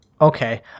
Okay